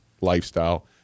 lifestyle